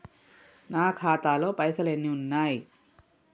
నా ఖాతాలో పైసలు ఎన్ని ఉన్నాయి?